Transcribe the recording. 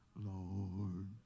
lord